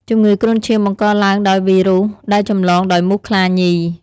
ជំងឺគ្រុនឈាមបង្កឡើងដោយវីរុស ដែលចម្លងដោយមូសខ្លាញី។